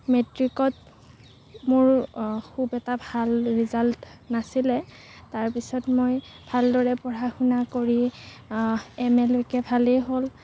মেট্ৰিকত মোৰ খুব এটা ভাল ৰিজাল্ট নাছিলে তাৰপিছত মই ভালদৰে পঢ়াশুনা কৰি এম এ লৈকে ভালেই হ'ল